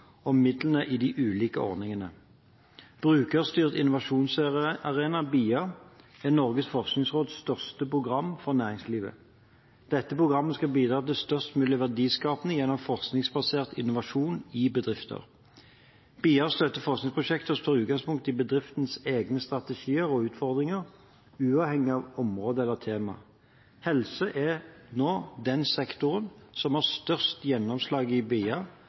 om midlene i de ulike ordningene. Brukerstyrt innovasjonsarena, BIA, er Norges forskningsråds største program for næringslivet. Dette programmet skal bidra til størst mulig verdiskaping gjennom forskningsbasert innovasjon i bedrifter. BIA støtter forskningsprosjekter som tar utgangspunkt i bedriftenes egne strategier og utfordringer, uavhengig av område eller tema. Helse er nå den sektoren som har størst gjennomslag i